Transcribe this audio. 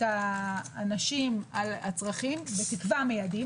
האנשים על הצרכים בתקווה שמיידעים,